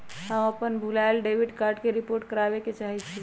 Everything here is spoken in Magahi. हम अपन भूलायल डेबिट कार्ड के रिपोर्ट करावे के चाहई छी